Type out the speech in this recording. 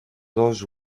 dos